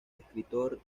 escritor